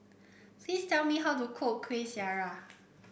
please tell me how to cook Kuih Syara